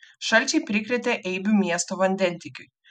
šalčiai prikrėtė eibių miesto vandentiekiui